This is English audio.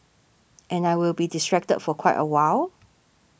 and I will be distracted for quite a while